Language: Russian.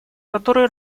которые